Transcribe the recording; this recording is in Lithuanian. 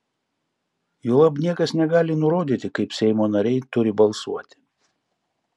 juolab niekas negali nurodyti kaip seimo nariai turi balsuoti